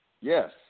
Yes